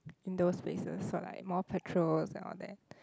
in those places so like more patrols and all that